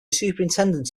superintendent